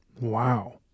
wow